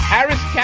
Harris